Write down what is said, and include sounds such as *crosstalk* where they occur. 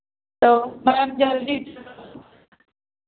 तो मैम जल्दी थोड़ा *unintelligible*